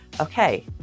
okay